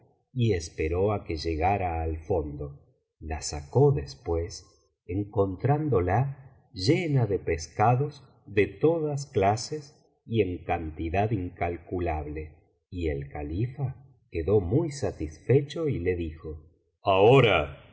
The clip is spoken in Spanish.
y esperó á que llegara al fondo la sacó después encontrándola llena de pescados de todas clases y en cantidad incalculable y el califa quedó muy satisfecho y le dijo ahora oh